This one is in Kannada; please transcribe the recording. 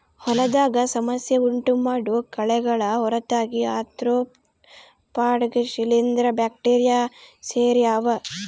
ಹೊಲದಾಗ ಸಮಸ್ಯೆ ಉಂಟುಮಾಡೋ ಕಳೆಗಳ ಹೊರತಾಗಿ ಆರ್ತ್ರೋಪಾಡ್ಗ ಶಿಲೀಂಧ್ರ ಬ್ಯಾಕ್ಟೀರಿ ಸೇರ್ಯಾವ